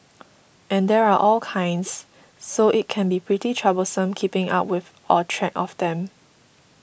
and there are all kinds so it can be pretty troublesome keeping up with or track of them